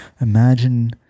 Imagine